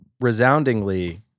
resoundingly